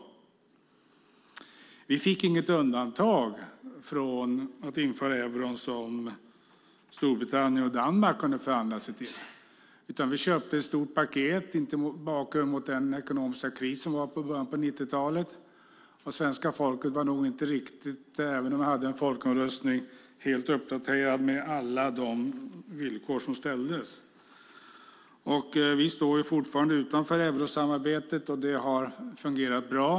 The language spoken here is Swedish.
Sverige fick inget undantag från att införa euron, som Storbritannien och Danmark kunde förhandla sig till, utan vi köpte ett stort paket. Detta skedde mot bakgrund av den ekonomiska kris som rådde i början på 90-talet. Även om vi hade en folkomröstning var nog inte svenska folket helt uppdaterat med alla de villkor som ställdes. Sverige står fortfarande utanför eurosamarbetet, och det har fungerat bra.